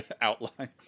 outline